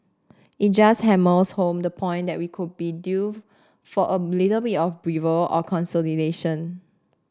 it just hammers home the point that we could be due for a little bit of breather or consolidation